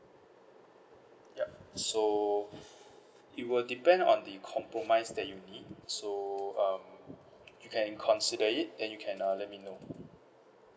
yup so it will depend on the compromise that you need so um you can consider it then you can uh let me know